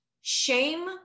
shame